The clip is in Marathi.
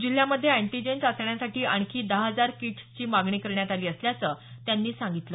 जिल्ह्यामध्ये अँटीजेन चाचण्यांसाठी आणखी दहा हजार किटसची मागणी करण्यात आली असल्याचं त्यांनी सांगितलं